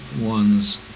one's